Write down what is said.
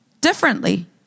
differently